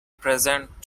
present